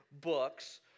books